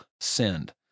sinned